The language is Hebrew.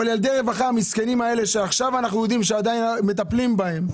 אבל ילדי הרווחה המסכנים האלה שעכשיו אנחנו יודעים שעדיין מטפלים בהם,